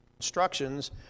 instructions